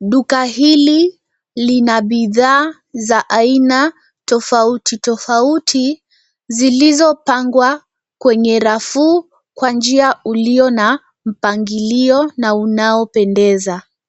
Duka hili lina bidhaa za aina tofauti tofauti zilizopangwa kwenye rafu kwa njia uliyo na mpangilio na unaopendeza.